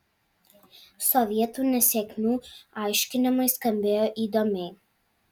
sovietų nesėkmių aiškinimai skambėjo įdomiai